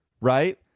right